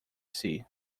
sea